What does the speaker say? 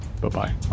Bye-bye